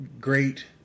great